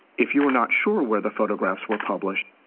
if you are not sure where the photographs were published,